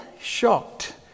shocked